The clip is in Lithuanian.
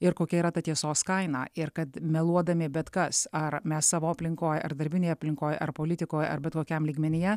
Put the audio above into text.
ir kokia yra ta tiesos kaina ir kad meluodami bet kas ar mes savo aplinkoj ar darbinėj aplinkoj ar politikoj ar bet kokiam lygmenyje